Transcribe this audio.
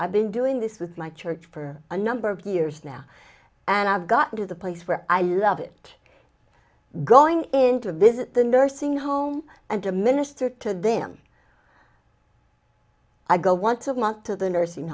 i've been doing this with my church for a number of years now and i've gotten to the place where i love it going in to visit the nursing home and to minister to them i go once a month to the nursing